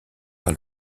par